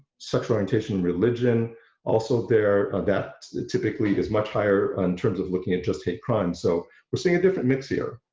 sexual orientation, religion also there, that typically is much higher in and terms of looking at just hate crimes so we're seeing a different mix here.